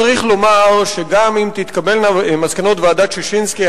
צריך לומר שגם אם תתקבלנה מסקנות ועדת-ששינסקי,